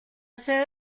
sede